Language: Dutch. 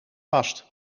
vast